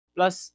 Plus